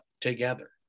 together